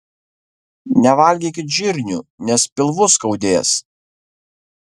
nevalgykit žirnių nes pilvus skaudės